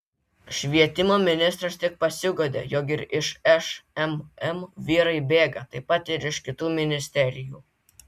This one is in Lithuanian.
švietimo ministras tik pasiguodė jog ir iš šmm vyrai bėga taip pat ir iš kitų ministerijų